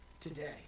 today